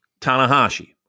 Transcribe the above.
Tanahashi